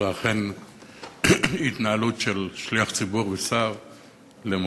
זו אכן התנהלות של שליח ציבור ושר למופת,